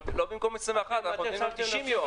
אבל לא במקום 21, אנחנו מדברים על 90 יום.